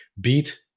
beat